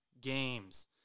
games